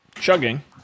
chugging